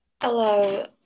Hello